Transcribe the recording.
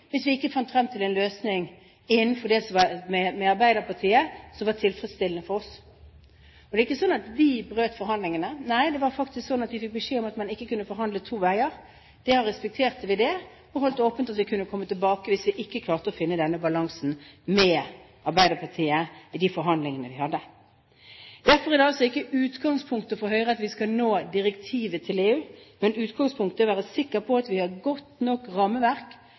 hvis vi ikke fant frem til en løsning med Arbeiderpartiet som var tilfredsstillende for oss. Det er ikke sånn at vi brøt forhandlingene. Nei, det var faktisk sånn at vi fikk beskjed om at man ikke kunne forhandle to veier. Vi respekterte det og holdt åpent at vi kunne komme tilbake hvis vi ikke klarte å finne denne balansen med Arbeiderpartiet i de forhandlingene vi hadde. Derfor er det ikke utgangspunktet til Høyre at vi skal nå direktivet til EU. Utgangspunktet er å være sikre på at vi har et godt nok rammeverk